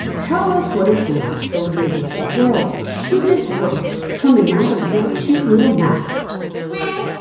tell us what it's like to live with the world's cutest voice coming out of your cute, little mouth well,